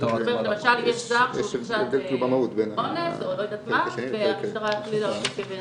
למשל יש זר שביצע אונס והמשטרה הכלילה אותו כבן